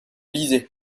lisez